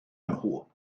nhw